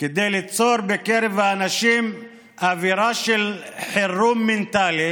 כדי ליצור בקרב האנשים אווירה של חירום מנטלי,